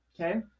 Okay